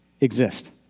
exist